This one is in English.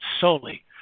solely